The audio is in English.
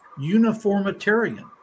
uniformitarian